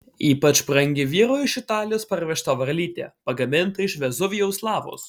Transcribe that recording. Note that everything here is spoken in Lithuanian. ypač brangi vyro iš italijos parvežta varlytė pagaminta iš vezuvijaus lavos